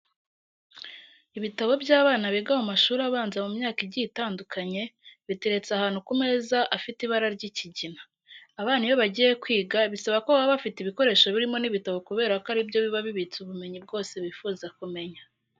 Ibitabo by'abana biga mu mashuri abanza mu myaka igiye itandukanye, biteretse ahantu ku meza afite ibara ry'ikigina. Abana iyo bagiye kwiga bisaba ko baba bafite ibikoresho birimo n'ibitabo kubera ko ari byo biba bibitse ubumenyi bwose bifuza kumenya.